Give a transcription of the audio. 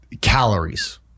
calories